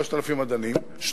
3,000 מדענים,